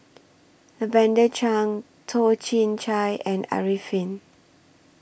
Lavender Chang Toh Chin Chye and Arifin